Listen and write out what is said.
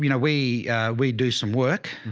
you know, we we do some work.